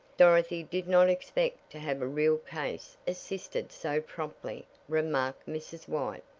dorothy did not expect to have a real case assisted so promptly, remarked mrs. white.